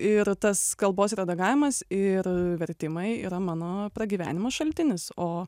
ir tas kalbos redagavimas ir vertimai yra mano pragyvenimo šaltinis o